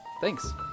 Thanks